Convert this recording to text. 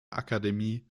akademie